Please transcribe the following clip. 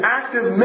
active